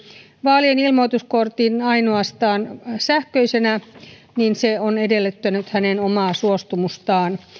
vaalien ilmoituskortin ainoastaan sähköisenä se on edellyttänyt hänen omaa suostumustaan